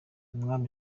umwami